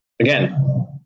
Again